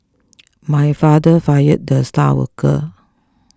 my father fired the star worker